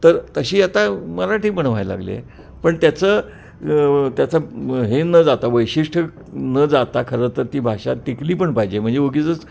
तर तशी आता मराठी पण व्हायला लागली आहे पण त्याचं त्याचं हे न जाता वैशिष्ठ्य न जाता खरं तर ती भाषा टिकली पण पाहिजे म्हणजे उगीचच